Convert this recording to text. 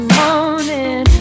morning